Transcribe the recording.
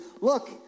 look